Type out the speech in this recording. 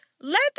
Let